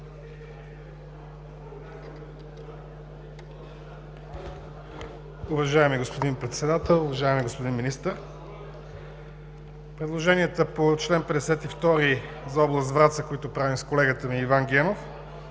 Уважаеми господин Председател, уважаеми господин Министър! Предложенията по чл. 52 за област Враца, които правим с колегата ми Иван Генов